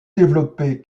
développée